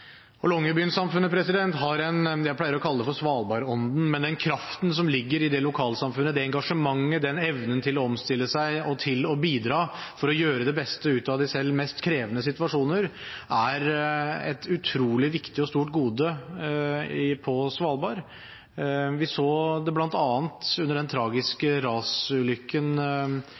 har det jeg pleier å kalle «Svalbard-ånden». Den kraften som ligger i det lokalsamfunnet, det engasjementet, den evnen til å omstille seg og til å bidra for å gjøre det beste ut av selv de mest krevende situasjoner, er et utrolig viktig og stort gode på Svalbard. Vi så det bl.a. under den tragiske rasulykken